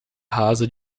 rasa